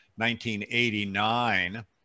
1989